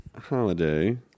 holiday